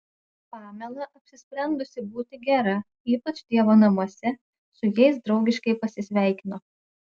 pamela apsisprendusi būti gera ypač dievo namuose su jais draugiškai pasisveikino